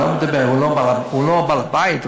אני לא מדבר, הוא לא בעל-הבית.